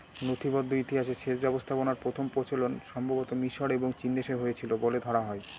নথিবদ্ধ ইতিহাসে সেচ ব্যবস্থাপনার প্রথম প্রচলন সম্ভবতঃ মিশর এবং চীনদেশে হয়েছিল বলে ধরা হয়